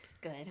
Good